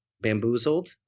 bamboozled